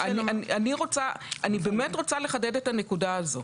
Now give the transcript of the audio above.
רוצה לחדד את הנקודה הזאת.